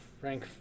Frank